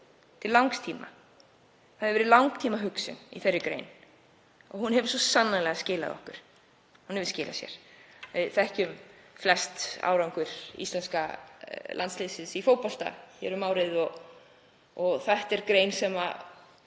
til langs tíma. Það hefur verið langtímahugsun í þeirri grein og hún hefur svo sannarlega skilað sér. Við þekkjum flest árangur íslenska landsliðsins í fótbolta hér um árið og þetta er grein sem